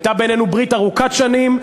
הייתה בינינו ברית ארוכת שנים,